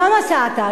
לא נסעת,